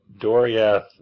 doriath